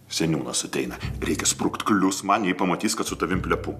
seniūnas ateina reikia sprukti klius man jei pamatys kad su tavim plepu